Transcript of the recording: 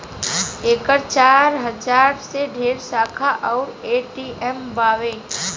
एकर चार हजार से ढेरे शाखा अउर ए.टी.एम बावे